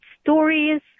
stories